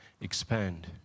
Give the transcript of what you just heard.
expand